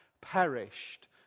perished